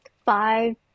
five